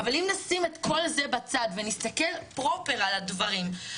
אבל אם נשים את כל בצד ונסתכל פרופר על הדברים,